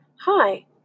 Hi